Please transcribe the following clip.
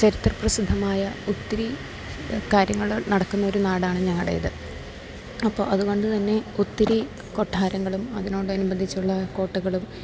ചരിത്ര പ്രസിദ്ധമായ ഒത്തിരി കാര്യങ്ങള് നടക്കുന്നൊരു നാടാണ് ഞങ്ങളുടേത് അപ്പം അതുകൊണ്ട് തന്നെ ഒത്തിരി കൊട്ടാരങ്ങളും അതിനോട് അനുബന്ധിച്ചുള്ള കോട്ടകളും